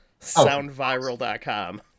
Soundviral.com